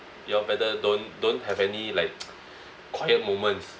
you all better don't don't have any like quiet moments